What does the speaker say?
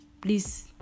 Please